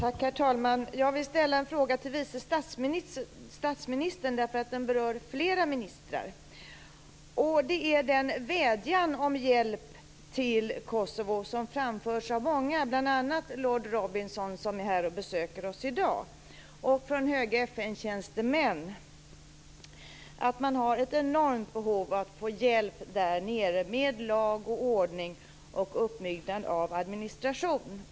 Herr talman! Jag vill ställa en fråga till vice statsministern, därför att frågan berör flera ministrar. Det gäller en vädjan om hjälp till Kosovo som framförts av många, bl.a. av lord Robinson som besöker oss här i dag och av höga FN-tjänstemän. Det är ett enormt behov att få hjälp där nere med lag och ordning samt med uppbyggnad av administration.